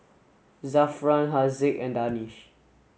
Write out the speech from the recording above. Zafran Haziq and Danish